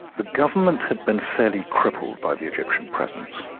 the government had been fairly crippled by the egyptian presence.